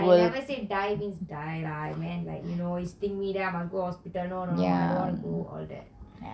I never say die means die lah I meant it stings me means I must go hospital no no I don't want to go all that